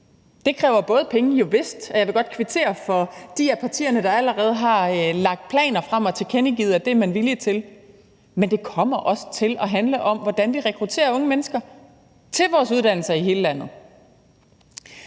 Det kræver penge, jovist, og jeg vil godt kvittere de af partierne, der allerede har lagt planer frem og tilkendegivet, at det er man villig til, men det kommer også til at handle om, hvordan vi rekrutterer unge mennesker til vores uddannelser i hele landet.